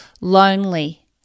lonely